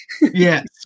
Yes